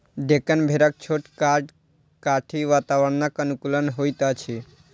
डेक्कन भेड़क छोट कद काठी वातावरणक अनुकूल होइत अछि